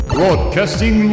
Broadcasting